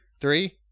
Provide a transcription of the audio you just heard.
Three